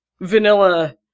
vanilla